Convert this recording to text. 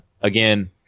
again